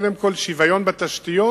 קודם כול שוויון בתשתיות.